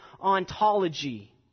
ontology